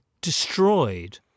destroyed